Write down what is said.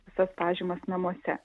visas pažymas namuose